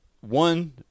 One